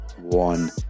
one